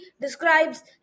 describes